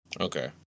Okay